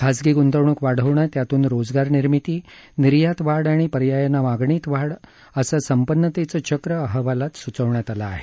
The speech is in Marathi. खाजगी ग्ंतवणूक वाढवणं त्यातून रोजगार निर्मिती निर्यात वाढ आणि पर्यायाने मागणीत वाढ असं संपन्नतेचं चक्र अहवालात स्चवण्यात आलं आहे